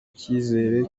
ikizere